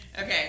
Okay